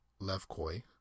Levkoi